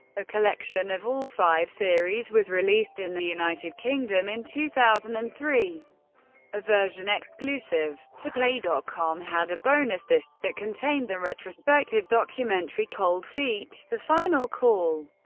a collection of all five series was released in the united kingdom in two thousand and three a version exclusive to play dot com had a bonus disc that contained the retrospective documentary cold feet the final call,